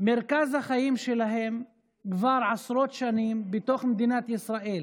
מרכז החיים שלהן כבר עשרות שנים בתוך מדינת ישראל,